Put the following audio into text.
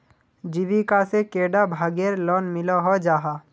जीविका से कैडा भागेर लोन मिलोहो जाहा?